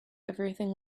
everything